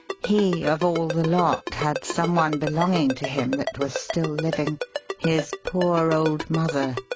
he of all the lot had some one belonging to him that was still living his poor old mother.